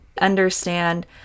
understand